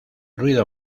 ruido